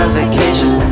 vacation